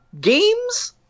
games